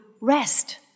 rest